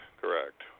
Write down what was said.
correct